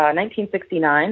1969